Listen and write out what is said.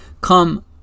come